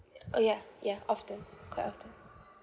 orh ya ya often quite often